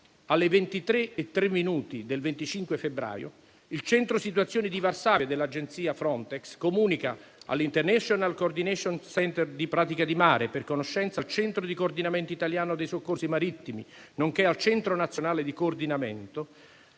ore 23,03 del 25 febbraio, il Centro situazioni di Varsavia dell'Agenzia Frontex comunica all'International coordination centre di Pratica di Mare e, per conoscenza, al Centro di coordinamento italiano dei soccorsi marittimi, nonché al Centro nazionale di coordinamento